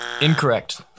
Incorrect